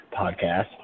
podcast